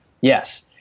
Yes